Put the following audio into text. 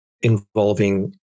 involving